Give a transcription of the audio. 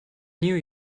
knew